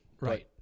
Right